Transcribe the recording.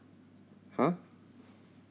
ha